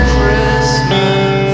Christmas